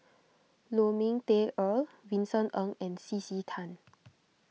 Lu Ming Teh Earl Vincent Ng and C C Tan